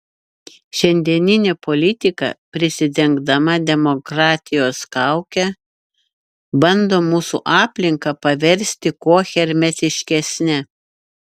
šiandieninė politika prisidengdama demokratijos kauke bando mūsų aplinką paversti kuo hermetiškesne